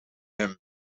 him